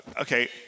okay